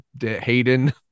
Hayden